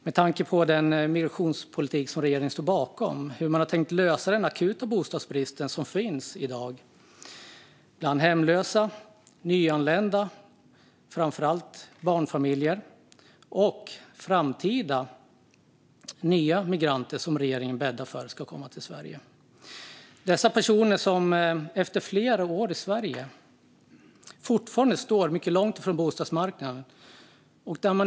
Med tanke på den migrationspolitik som regeringen står bakom är frågan hur man har tänkt att lösa den akuta bostadsbrist som finns i dag bland hemlösa, nyanlända, framför allt barnfamiljer och framtida nya migranter som regeringen bäddar för ska komma till Sverige. Dessa personer står efter flera år i Sverige fortfarande mycket långt från bostadsmarknaden.